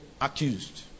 accused